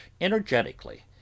energetically